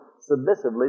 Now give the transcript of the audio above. submissively